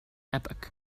epoch